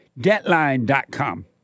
Deadline.com